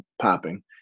popping